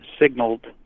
signaled